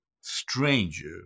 stranger